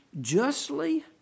justly